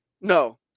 No